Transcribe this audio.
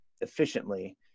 efficiently